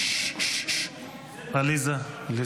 ------ עליזה.